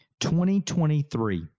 2023